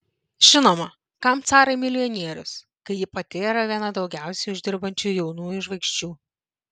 žinoma kam carai milijonierius kai ji pati yra viena daugiausiai uždirbančių jaunųjų žvaigždžių